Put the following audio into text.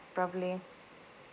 probably